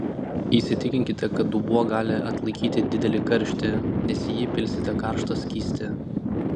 įsitikinkite kad dubuo gali atlaikyti didelį karštį nes į jį pilsite karštą skystį